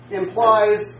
implies